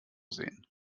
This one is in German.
sehen